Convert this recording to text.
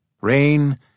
Rain